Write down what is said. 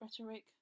rhetoric